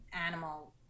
Animal